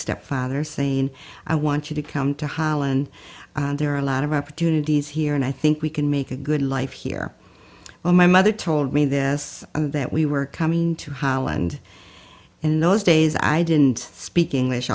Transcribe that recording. stepfather saying i want you to come to holland there are a lot of opportunities here and i think we can make a good life here well my mother told me this that we were coming to holland in those days i didn't speak english